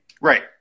right